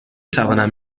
توانم